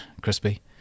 Crispy